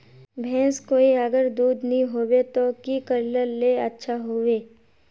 भैंस कोई अगर दूध नि होबे तो की करले ले अच्छा होवे?